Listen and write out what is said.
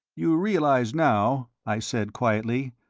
you realize, now, i said, quietly,